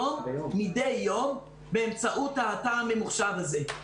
מידי יום באמצעות האתר הממוחשב הזה.